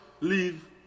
leave